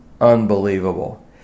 Unbelievable